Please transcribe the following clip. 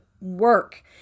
work